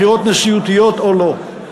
בחירות נשיאותיות או לא.